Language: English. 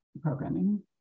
programming